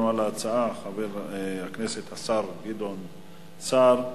ההצעה השר גדעון סער.